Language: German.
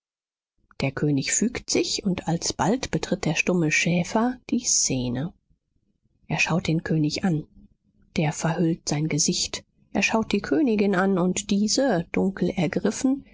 der könig fügt sich und alsbald betritt der stumme schäfer die szene er schaut den könig an der verhüllt sein gesicht er schaut die königin an und diese dunkel ergriffen